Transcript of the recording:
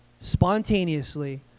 spontaneously